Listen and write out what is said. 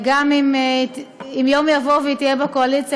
גם אם יום יבוא והיא תהיה בקואליציה,